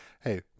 hey